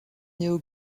néo